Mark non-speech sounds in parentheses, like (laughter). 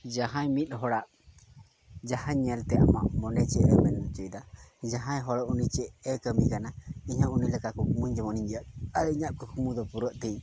ᱡᱟᱦᱟᱸᱭ ᱢᱤᱫ ᱦᱚᱲᱟᱜ ᱡᱟᱦᱟᱸᱭ ᱧᱮᱞᱛᱮ (unintelligible) ᱢᱚᱱᱮ ᱪᱮᱫᱼᱮ ᱢᱮᱱ ᱦᱚᱪᱚᱭᱫᱟ ᱡᱟᱦᱟᱸᱭ ᱦᱚᱲ ᱩᱱᱤ ᱪᱮᱫᱼᱮ ᱠᱟᱹᱢᱤ ᱠᱟᱱᱟᱭ ᱤᱧ ᱦᱚᱸ ᱩᱱᱤ ᱞᱮᱠᱟ ᱠᱩᱠᱢᱩ ᱡᱮᱱᱚᱧ ᱧᱮᱞ ᱟᱨ ᱤᱧᱟᱹᱜ ᱠᱩᱠᱢᱩ ᱫᱚ ᱡᱮᱱᱚ ᱯᱩᱨᱟᱹᱜ ᱛᱤᱧ